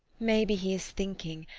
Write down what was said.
maybe he is thinking,